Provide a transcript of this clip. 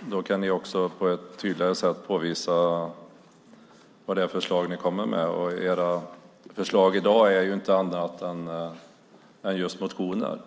Då kan ni också på ett tydligare sätt påvisa vilka förslag ni kommer med. Era förslag i dag är ju inte annat än just motioner.